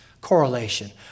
correlation